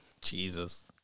Jesus